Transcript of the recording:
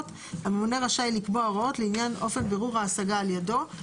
הממונה רשאי לקבוע הוראות לעניין אופן בירור ההשגה על ידו.